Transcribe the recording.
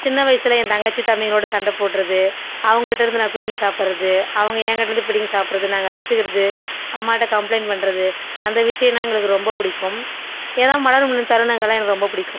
சின்ன வயசில் என் தங்கச்சி தம்பிகளோட சண்டை போடுறது அவன்கிட்டருந்து நான் பிடுங்கி சாப்புடுறது அவங்க ஏங்கிட்டருந்து பிடுங்கி சாப்பிடுறது நாங்கள் அடிச்சிக்கிறது அம்மாகிட்ட கம்ப்ளைன்ட் பண்ணுறது அந்த விஷியம்னா எங்களுக்கு ரொம்ப பிடிக்கும் ஏன்னா மலரும் தருணங்கள்லாம் எனக்கு ரொம்ப பிடிக்கும்